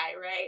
right